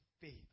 faith